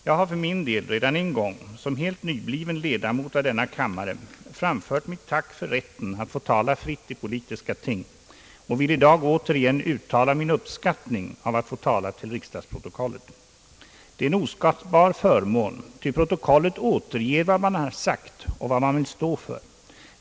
Jag har för min del redan en gång som helt nybliven ledamot av denna kammare framfört mitt tack för rätten att få tala fritt i politiska ting och vill i dag återigen uttala min uppskattning av att få tala till riksdagsprotokollet. Det är en oskattbar förmån, ty protokollet återger vad man har sagt och vill stå för.